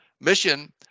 mission